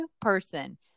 person